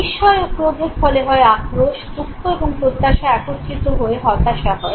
বিস্ময় ও ক্রোধের ফলে হয় আক্রোশ দুঃখ এবং প্রত্যাশা একত্রিত হয়ে হতাশা হয়